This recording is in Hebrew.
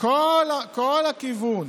שכל הכיוון